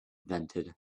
invented